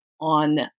on